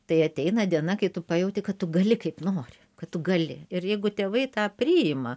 tai ateina diena kai tu pajauti kad tu gali kaip nori kad tu gali ir jeigu tėvai tą priima